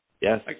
Yes